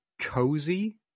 cozy